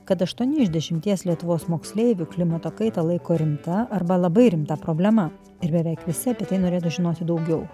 kad aštuoni iš dešimties lietuvos moksleivių klimato kaitą laiko rimta arba labai rimta problema ir beveik visi apie tai norėtų žinoti daugiau